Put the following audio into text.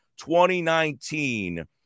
2019